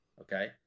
Okay